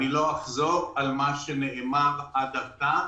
לא אחזור על מה שנאמר עד עתה.